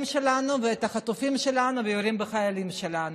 שלנו ואת החטופים שלנו ויורים בחיילים שלנו,